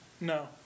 No